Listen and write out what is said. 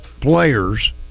players